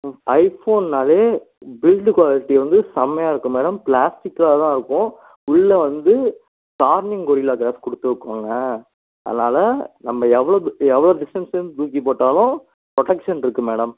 ஐ ஃபோன்னாவே build quality வந்து செம்மயாக இருக்கும் மேடம் பிளாஸ்டிக்கில் தான் இருக்கும் உள்ளே வந்து டார்னிங் கொரிலா கிளாஸ் கொடுத்துருப்பாங்க அதனால் நம்ம எவ்வளோ எவ்வளோ டிஸ்டன்ஸ்லேர்ந்து துாக்கிப் போட்டாலும் புரொடெக்ஷன் இருக்கு மேடம்